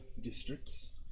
districts